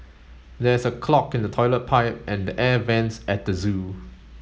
there is a clog in the toilet pipe and the air vents at the zoo